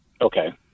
Okay